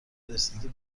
رسیدگی